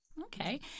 Okay